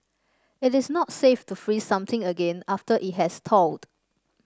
it is not safe to freeze something again after it has thawed